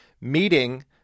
meeting